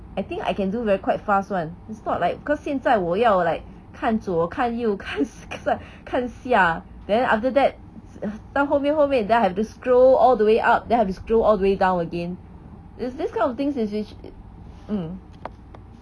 I think I can do very quite fast [one] it's not like because 现在我要 like 看左看右看看上看下 then after that 到后面后面 then I have to scroll all the way up then have to scroll all the way down again is this kind of thing is act